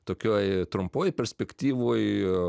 tokioj trumpoj perspektyvoj